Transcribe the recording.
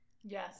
Yes